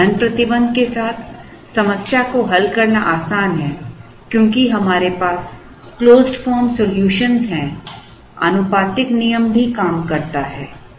क्योंकि धन प्रतिबंध के साथ समस्या को हल करना आसान है क्योंकि हमारे पास क्लोजड फॉर्म सॉल्यूशन हैं आनुपातिक नियम भी काम करता है